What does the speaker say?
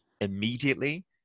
immediately